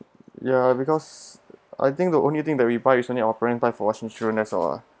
ya because I think the only thing that we buy is only offering time for once insurance that's all ah